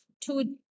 two